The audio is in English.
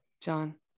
John